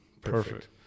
perfect